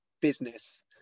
business